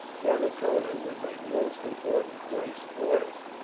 devikota was a most important place for us.